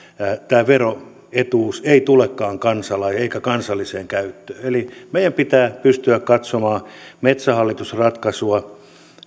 tämä veroetuus ei tulekaan kansalle eikä kansalliseen käyttöön eli meidän pitää pystyä katsomaan metsähallitus ratkaisua